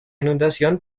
inundación